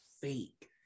fake